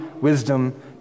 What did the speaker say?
Wisdom